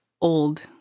old